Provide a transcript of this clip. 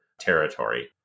territory